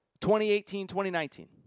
2018-2019